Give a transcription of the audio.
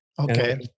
Okay